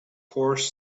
force